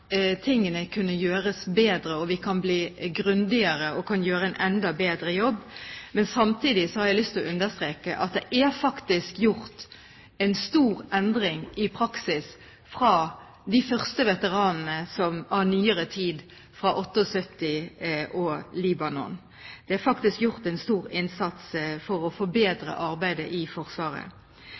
gjøres bedre, at vi kan bli grundigere og gjøre en enda bedre jobb. Men samtidig har jeg lyst til å understreke at det faktisk er gjort en stor endring i praksis fra de første veteranene i nyere tid, fra 1978 og Libanon. Det er faktisk gjort en stor innsats for å forbedre arbeidet i Forsvaret.